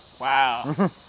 Wow